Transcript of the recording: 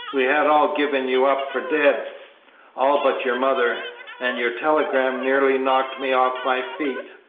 we had all given you up for dead all but your mother and your telegram nearly knocked me off my feet.